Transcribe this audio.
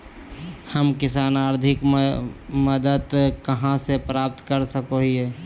हम किसान आर्थिक मदत कहा से प्राप्त कर सको हियय?